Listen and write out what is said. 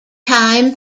time